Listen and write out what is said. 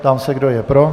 Ptám se, kdo je pro.